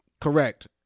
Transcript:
Correct